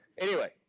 anyway.